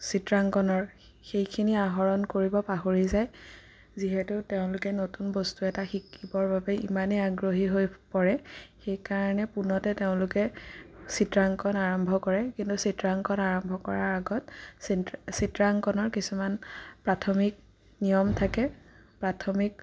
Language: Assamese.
চিত্ৰাংকণৰ সেইখিনি আহৰণ কৰিব পাহৰি যায় যিহেতু তেওঁলোকে নতুন বস্তু এটা শিকিবৰ বাবে ইমানেই আগ্ৰহী হৈ পৰে সেইকাৰণে পোনতে তেওঁলোকে চিত্ৰাংকণ আৰম্ভ কৰে কিন্তু চিত্ৰাংকণ আৰম্ভ কৰাৰ আগত চিত্ৰাংকণৰ কিছুমান প্ৰাথমিক নিয়ম থাকে প্ৰাথমিক